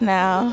now